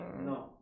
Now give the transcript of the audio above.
No